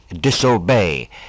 disobey